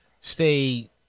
Stay